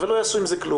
לא יעשו עם זה כלום.